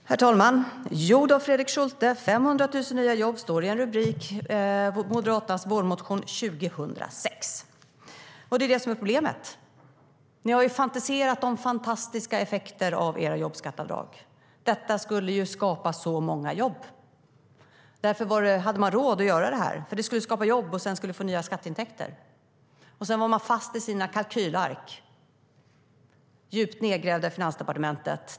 Herr talman! Jodå, Fredrik Schulte, 500 000 jobb står det i en rubrik i Moderaternas vårmotion 2006. Problemet är att ni har fantiserat om fantastiska effekter av era jobbskatteavdrag. De skulle skapa så många jobb och nya skatteintäkter, och därför hade ni råd att göra dem. Ni var fast i era kalkylark som var djupt nedgrävda i Finansdepartementet.